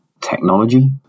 technology